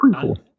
cool